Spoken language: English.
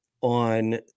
on